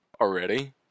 already